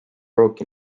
broke